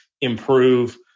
improve